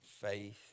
faith